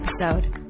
episode